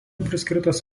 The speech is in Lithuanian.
priskirtas